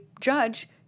judge